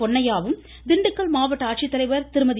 பொன்னையாவும் திண்டுக்கல் மாவட்ட ஆட்சித்தலைவர் திருமதி